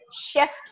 shift